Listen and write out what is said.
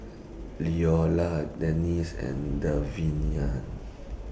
Leola Dennie's and